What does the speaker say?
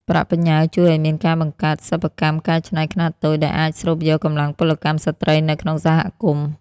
ប្រាក់បញ្ញើជួយឱ្យមានការបង្កើត "សិប្បកម្មកែច្នៃខ្នាតតូច" ដែលអាចស្រូបយកកម្លាំងពលកម្មស្ត្រីនៅក្នុងសហគមន៍។